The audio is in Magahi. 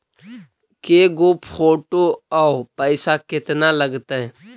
के गो फोटो औ पैसा केतना लगतै?